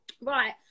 right